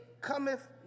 cometh